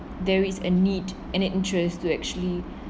there is a need and an interest to actually